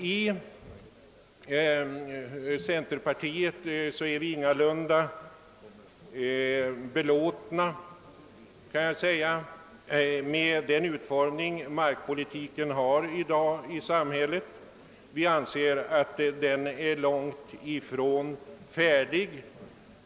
I centerpartiet är vi ingalunda belåtna med markpolitikens utformning. Vi anser att den är långtifrån färdig.